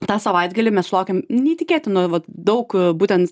tą savaitgalį mes sulaukėm neįtikėtino vat daug būtent